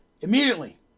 Immediately